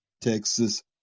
Texas